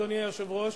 אדוני היושב-ראש,